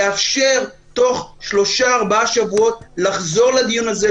לאפשר תוך שלושה-ארבעה שבועות לחזור לדיון הזה,